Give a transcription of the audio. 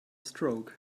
stroke